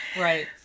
right